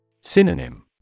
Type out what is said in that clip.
Synonym